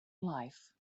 life